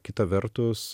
kita vertus